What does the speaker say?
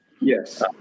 yes